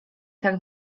tak